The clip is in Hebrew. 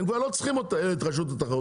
הם כבר לא צריכים את רשות התחרות,